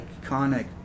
iconic